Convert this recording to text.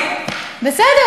אל תגידי,